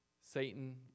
Satan